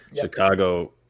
Chicago